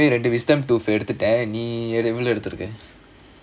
ரெண்டு:rendu wisdom tooth எடுத்துட்டேன் நீ எவ்ளோ எடுத்திருக்க:eduthuttaen nee evlo eduthurukka